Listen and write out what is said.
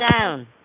down